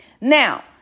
Now